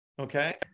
Okay